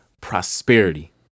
prosperity